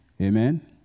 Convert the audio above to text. Amen